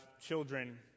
children